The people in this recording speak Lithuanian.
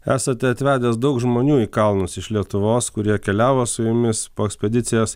esate atvedęs daug žmonių į kalnus iš lietuvos kurie keliavo su jumis po ekspedicijas